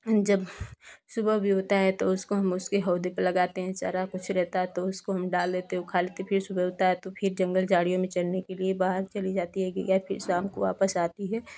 जब सुबह भी होता है तो उसको हम उसके हाऊदी पर लगाते हैं चारा कुछ रहता है तो हम उसको डाल देते हैं फिर सुबह होता है तो फिर जंगल झाड़ियों में चरने के लिए बाहर चली जाती है गाय फिर शाम को वापस आती है